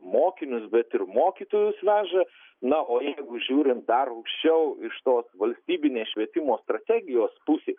mokinius bet ir mokytojus veža na o jeigu žiūrint dar aukščiau iš tos valstybinės švietimo strategijos pusės